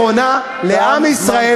דרך לאומית נכונה לעם ישראל,